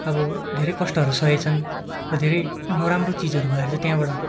अब धेरै कष्टहरू सहेछन् र धेरै नराम्रो चिजहरू भएर चाहिँ त्यहाँबाट